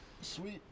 Sweet